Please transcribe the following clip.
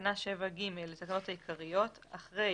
7ד.בתקנה 7(ג) לתקנות העיקריות, אחרי